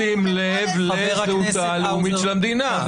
בשים לב לזהותה הלאומית של המדינה --- חבריי.